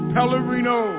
Pellerino